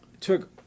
took